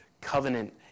covenant